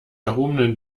erhobenen